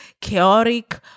chaotic